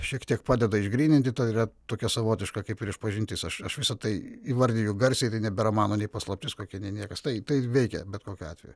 šiek tiek padeda išgryninti tai yra tokia savotiška kaip ir išpažintis aš aš visa tai įvardiju garsiai tai nebėra mano nei paslaptis kokia nei niekas tai tai veikia bet kokiu atveju